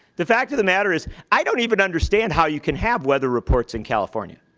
the fact of the matter is i don't even understand how you can have weather reports in california.